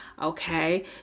okay